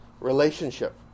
relationship